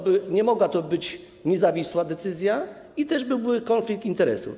Czyli nie mogła to być niezawisła decyzja i też byłby konflikt interesów.